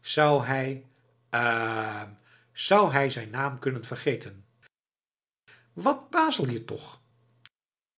zou hij hm zou hij zijn naam kunnen vergeten wat bazel je toch